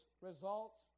results